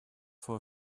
for